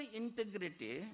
integrity